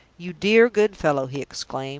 you dear, good fellow! he exclaimed.